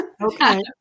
Okay